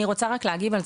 אני רוצה להגיב.